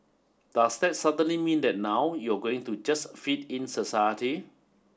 does that suddenly mean that now you're going to just fit in society